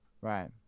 right